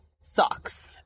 Socks